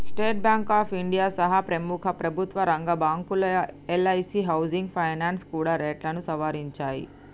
state bank of India సహా ప్రముఖ ప్రభుత్వరంగ బ్యాంకులు, ఎల్ఐసీ హౌసింగ్ ఫైనాన్స్ కూడా రేట్లను సవరించాయి